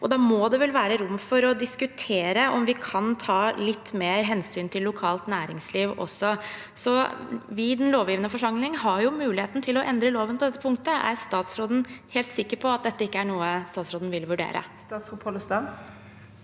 Da må det vel være rom for å diskutere om vi kan ta litt mer hensyn til lokalt næringsliv også. Vi i den lovgivende forsamling har jo muligheten til å endre loven på dette punktet. Er statsråden helt sikker på at dette ikke er noe han vil vurdere?